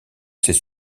ces